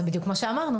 זה בדיוק מה שאמרנו.